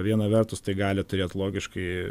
viena vertus tai gali turėt logiškai